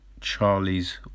Charlie's